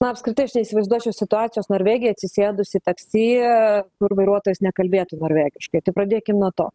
na apskritai aš neįsivaizduočiau situacijos norvegijoj atsisėdusi į taksi kur vairuotojas nekalbėtų norvegiškai tai pradėkim nuo to